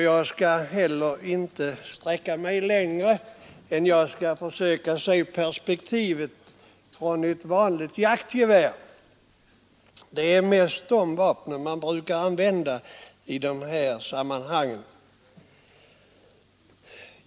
Jag skall inte heller sträcka mig längre än till att försöka se saken ur ett vanligt jaktgevärs perspektiv; det är mest sådana vapen man brukar använda i dessa sammanhang.